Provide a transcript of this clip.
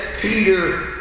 Peter